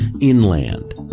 inland